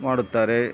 ಮಾಡುತ್ತಾರೆ